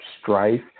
strife